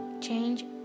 change